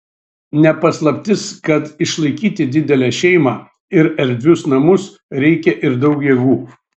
ne paslaptis kad išlaikyti didelę šeimą ir erdvius namus reikia ir daug jėgų